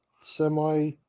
semi